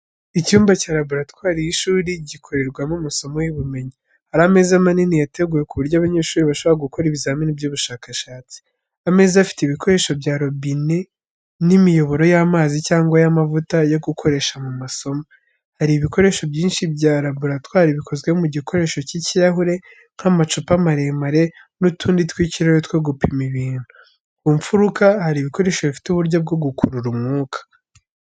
Icyumba cya laboratwari y’ishuri, gikorerwamo amasomo y’ubumenyi. Hari ameza manini yateguwe ku buryo abanyeshuri bashobora gukora ibizamini by’ubushakashatsi. Ameza afite ibikoresho bya robine n’imiyoboro y’amazi cyangwa y’amavuta yo gukoresha mu masomo. Hari ibikoresho byinshi bya raboratwari bikozwe mu gikoresho cy’ikirahuri nk’amacupa maremare n’utundi tw’ikirahuri two gupima ibintu. Ku mfuruka hari ibikoresho bifite uburyo bwo gukurura umwuka.